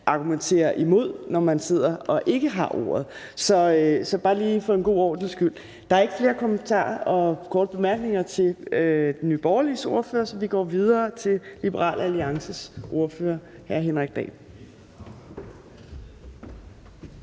argumentere imod, når man sidder og ikke har ordet. Det er bare lige for en god ordens skyld. Der er ikke flere korte bemærkninger til Nye Borgerliges ordfører, så vi går videre til Liberal Alliances ordfører, hr. Henrik Dahl.